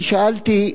אני שאלתי,